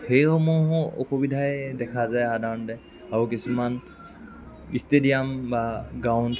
সেইসমূহো অসুবিধাই দেখা যায় সাধাৰণতে আৰু কিছুমান ষ্টেডিয়াম বা গ্ৰাউণ